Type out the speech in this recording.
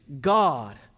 God